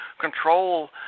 control